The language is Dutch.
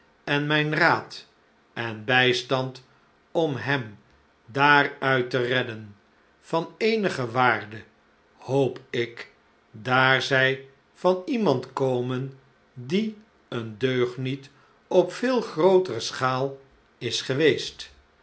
en mijn raad en bijstand om hem daaruit te redden van eenige waarde hoop ik daar zij van iemand komen die een deugniet op veel grootere schaal is geweest